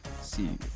See